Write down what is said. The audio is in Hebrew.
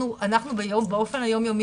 אנחנו באופן היום יומי,